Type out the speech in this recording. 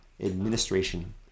administration